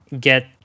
get